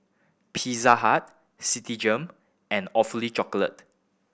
Pizza Hut Citigem and Awfully Chocolate